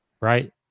right